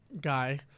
guy